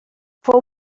fou